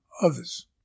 others